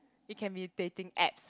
it can be dating apps